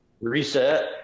reset